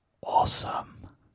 awesome